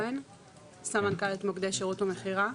סמנכ"לית מוקדי שרות ומכירה.